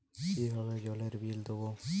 কিভাবে জলের বিল দেবো?